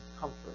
comfort